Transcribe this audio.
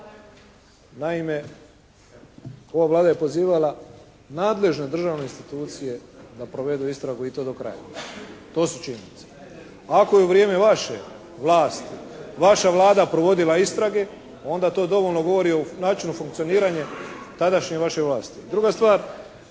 Naime, ova Vlada je pozivala nadležne državne institucije da provedu istragu i to do kraja. To su činjenice. Ako je u vrijeme vaše vlasti vaša Vlada provodila istrage, onda to dovoljno govori o načinu funkcioniranja tadašnje vaše vlasti. Druga stvar,